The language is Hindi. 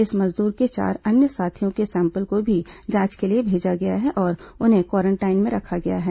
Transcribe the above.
इस मजदूर के चार अन्य साथियों के सैंपल को भी जांच के लिए भेजा गया है और उन्हें क्वारेंटाइन में रखा गया है